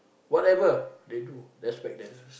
whatever they do respect them